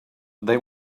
they